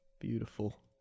Beautiful